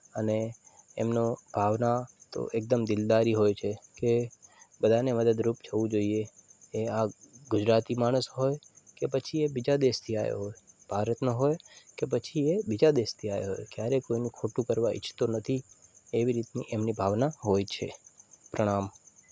અને એમનો ભાવના તો એકદમ દિલદારી હોય છે કે બધાને મદદરૂપ થવું જોઈએ એ આ ગુજરતી માણસ હોય કે પછી એ બીજા દેશથી આવ્યો હોય ભારતનો હોય કે પછી એ બીજા દેશથી આવ્યો હોય ક્યારેય કોઈનું ખોટું કરવા ઈચ્છતો નથી એવી રીતની એમની ભાવના હોય છે પ્રણામ